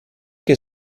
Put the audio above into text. che